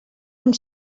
amb